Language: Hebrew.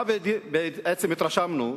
מה בעצם התרשמנו?